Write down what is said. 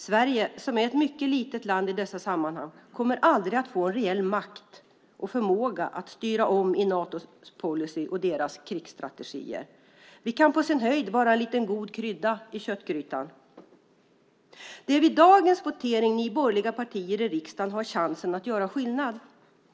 Sverige som är ett mycket litet land i dessa sammanhang kommer aldrig att få en reell makt och förmåga att styra om i Natos policy och deras krigsstrategier. Vi kan på sin höjd vara en liten god krydda i köttgrytan. Det är vid dagens votering ni borgerliga partier i riksdagen har chansen att göra skillnad.